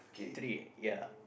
three ya